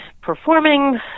performing